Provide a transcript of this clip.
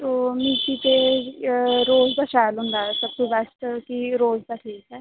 ओह् मिक्की ते रोज दा शैल होंदा ऐ सबतों बैस्ट कि रोज दा ठीक ऐ